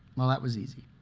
well, that was easy.